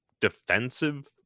defensive